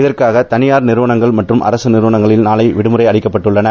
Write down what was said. இதற்காக தனியார் நிறுவனங்கள் மற்றும் அரசு நிறுவனங்களுக்கு நாளை விடுமுறை அறிவிக்கப்பட்டுள்ளன